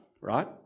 right